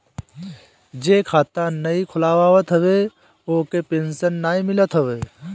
जे खाता नाइ खोलवावत हवे ओके पेंशन नाइ मिलत हवे